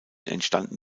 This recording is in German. entstanden